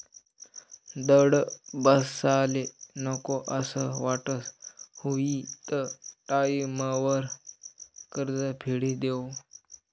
दंड बसाले नको असं वाटस हुयी त टाईमवर कर्ज फेडी देवो